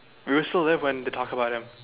we were still there when they talked about him